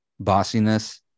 bossiness